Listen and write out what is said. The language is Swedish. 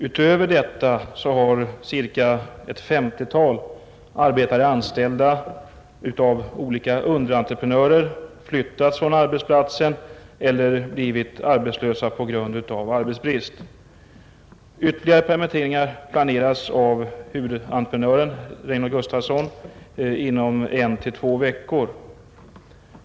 Utöver detta har ett 50-tal arbetare, anställda av olika underentreprenörer, flyttats från arbetsplatsen eller blivit arbetslösa på grund av arbetsbrist. Ytterligare permitteringar planeras av huvudentreprenören Reinhold Gustafsson inom en till två veckor.